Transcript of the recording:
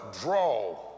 draw